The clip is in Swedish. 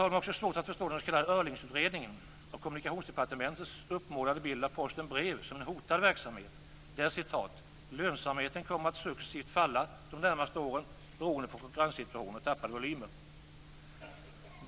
Jag har också svårt att förstå den s.k. Öhrlingutredningens och Kommunikationsdepartementets uppmålade bild av Posten Brev som en hotad verksamhet, där "lönsamheten kommer att successivt falla de närmaste åren beroende på konkurrenssituationen och tappade volymer".